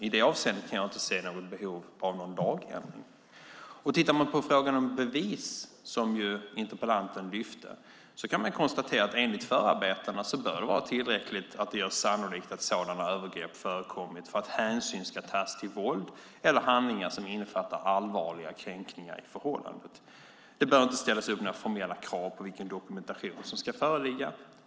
I det avseendet kan jag inte se något behov av någon lagändring. Tittar man på frågan om bevis, som interpellanten lyfte upp, kan man konstatera att enligt förarbetena bör det vara tillräckligt att det görs sannolikt att sådana övergrepp förekommit för att hänsyn ska tas till våld eller handlingar som innefattar allvarliga kränkningar i förhållandet. Det bör inte ställas upp några formella krav på vilken dokumentation som ska föreligga.